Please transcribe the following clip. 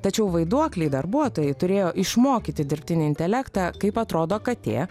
tačiau vaiduokliai darbuotojai turėjo išmokyti dirbtinį intelektą kaip atrodo katė